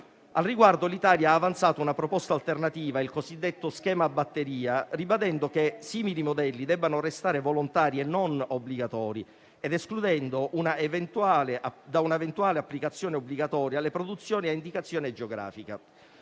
Al riguardo, l'Italia ha avanzato una proposta alternativa, il cosiddetto schema a batteria, ribadendo che simili modelli devono restare volontari e non obbligatori ed escludendo da un'eventuale applicazione obbligatoria le produzioni a indicazione geografica.